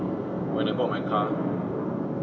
when I bought my car